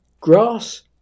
Grass